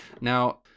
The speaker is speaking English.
Now